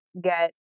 get